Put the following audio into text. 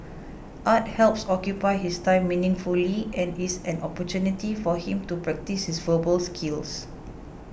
art helps occupy his time meaningfully and is an opportunity for him to practise his verbal skills